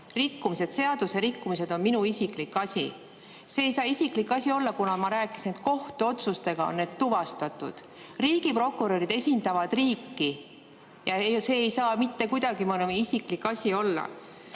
rikkumised, seaduserikkumised on minu isiklik asi. See ei saa olla isiklik asi, kuna ma rääkisin, et kohtuotsustega on need tuvastatud. Riigiprokurörid esindavad riiki ja see ei saa mitte kuidagi isiklik asi olla.